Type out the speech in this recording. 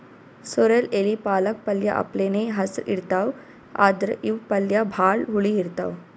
sorrel ಎಲಿ ಪಾಲಕ್ ಪಲ್ಯ ಅಪ್ಲೆನೇ ಹಸ್ರ್ ಇರ್ತವ್ ಆದ್ರ್ ಇವ್ ಪಲ್ಯ ಭಾಳ್ ಹುಳಿ ಇರ್ತವ್